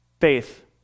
faith